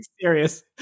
serious